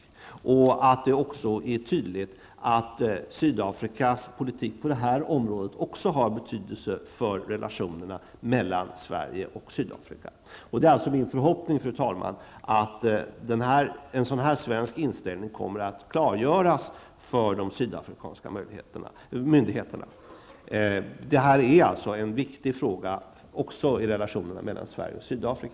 Vi har också anledning att göra det tydligt att Sydafrikas politik på det här området har betydelse för relationerna mellan Sverige och Det är alltså min förhoppning, fru talman, att en sådan svensk inställning kommer att klargöras för de sydafrikanska myndigheterna. Detta är alltså, enligt min uppfattning, en viktig fråga också när det gäller relationerna mellan Sverige och Sydafrika.